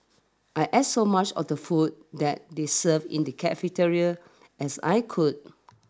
I ate so much of the food that they served in the cafeteria as I could